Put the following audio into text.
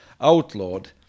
outlawed